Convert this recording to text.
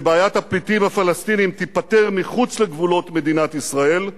שבעיית הפליטים הפלסטינים תיפתר מחוץ לגבולות מדינת ישראל,